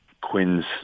Quinn's